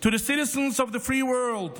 To the citizens of the world,